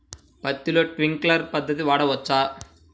పత్తిలో ట్వింక్లర్ పద్ధతి వాడవచ్చా?